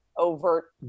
overt